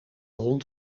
hond